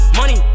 money